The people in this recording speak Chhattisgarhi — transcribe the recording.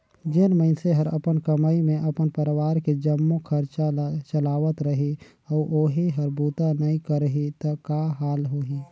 जेन मइनसे हर अपन कमई मे अपन परवार के जम्मो खरचा ल चलावत रही अउ ओही हर बूता नइ करही त का हाल होही